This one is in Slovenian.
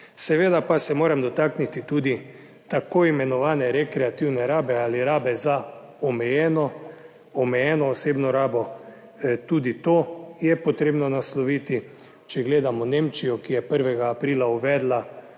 Seveda pa se moram dotakniti tudi tako imenovane rekreativne rabe ali rabe za omejeno, omejeno osebno rabo, tudi to je potrebno nasloviti. Če gledamo Nemčijo, ki je 1. aprila uvedla